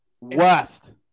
West